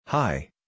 Hi